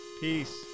Peace